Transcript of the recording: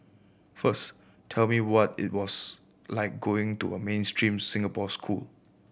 first tell me what it was like going to a mainstream Singapore school